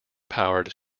powered